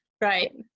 right